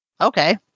Okay